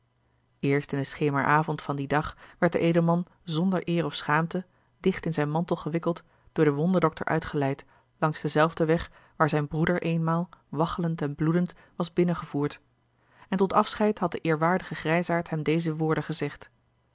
eerst in den schemeravond van dien dag werd de edelman zonder eer of schaamte dicht in zijn mantel gewikkeld door den wonderdokter uitgeleid langs denzelfden weg waar zijn broeder eenmaal waggelend en bloedend was binnengevoerd en tot afscheid had de eerwaardige grijsaard hem deze woorden gezegd